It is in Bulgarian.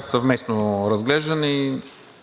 съвместно разглеждане